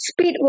Speed